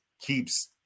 keeps